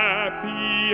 Happy